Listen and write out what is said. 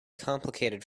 complicated